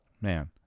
Man